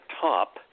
top